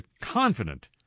confident